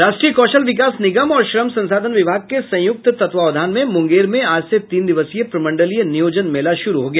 राष्ट्रीय कौशल विकास निगम और श्रम संसाधन विभाग के सयुक्त तत्वावधान में मुंगेर में आज से तीन दिवसीय प्रमंडलीय नियोजन मेला शुरू हो गया